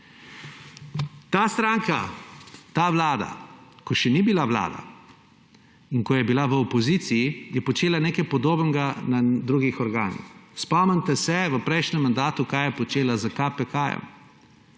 Ta stranka, ta vlada, ko še ni bila vlada, ko je bila v opoziciji, je počela nekaj podobnega na drugih organih. Spomnite se, kaj je počela s KPK